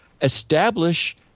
establish